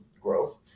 growth